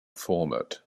format